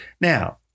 Now